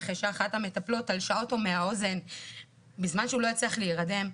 אחרי שאחת המטפלות תלשה אותו מהאוזן בזמן שהוא לא הצליח להירדם,